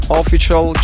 official